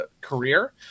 career